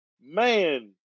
Man